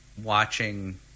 watching –